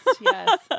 yes